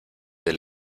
del